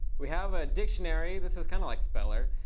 we have a dictionary. this is kind of like speller.